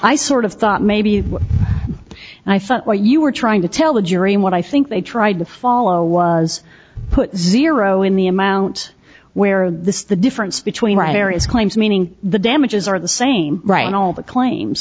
i sort of thought maybe i thought what you were trying to tell the jury and what i think they tried to follow was put zero in the amount where the the difference between right areas claims meaning the damages are the same right all the claims